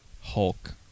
Hulk